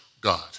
God